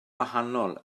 wahanol